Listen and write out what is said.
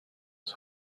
was